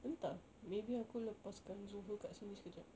entah maybe aku lepaskan zohor kat sini sekejap